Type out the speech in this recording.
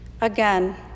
Again